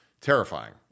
terrifying